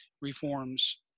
reforms